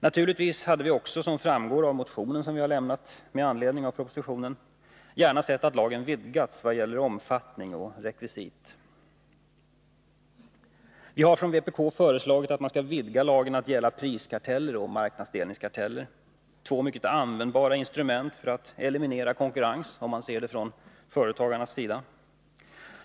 Naturligtvis hade vi också, som framgår av den motion som vi avlämnat med anledning av propositionen, gärna sett att lagen vidgats i vad gäller omfattning och rekvisit. Vi har från vpk föreslagit att man skall vidga lagen att gälla för priskarteller och marknadsdelningskarteller, två mycket användbara instrument för att eliminera konkurrens, om man ser det från företagarnas sida.